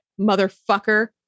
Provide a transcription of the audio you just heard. motherfucker